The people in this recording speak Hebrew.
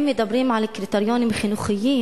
אם מדברים על קריטריונים חינוכיים,